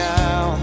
now